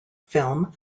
film